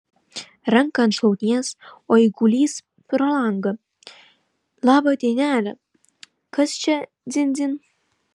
ranką ant šlaunies o eigulys pro langą labą dienelę kas čia dzin dzin